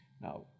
Now